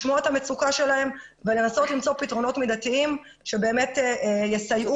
לשמוע את המצוקה שלהם ולנסות למצוא פתרונות מידתיים שבאמת יסייעו להם.